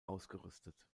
ausgerüstet